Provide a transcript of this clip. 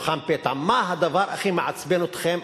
מבחן פתע: מה הדבר שהכי מעצבן אתכם,